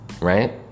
right